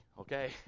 okay